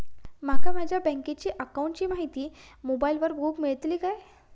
माका माझ्या बँकेच्या अकाऊंटची माहिती मोबाईलार बगुक मेळतली काय?